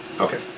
Okay